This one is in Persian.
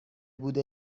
بوده